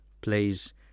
plays